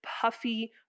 puffy